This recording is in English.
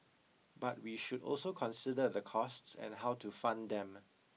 but we should also consider the costs and how to fund them